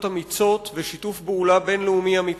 אמיצות ושיתוף פעולה בין-לאומי אמיתי.